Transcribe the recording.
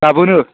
दाबोनो